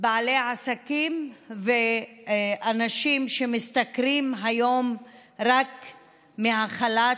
בעלי עסקים ואנשים שמשתכרים היום רק מחל"ת,